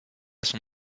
son